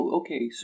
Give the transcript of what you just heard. okay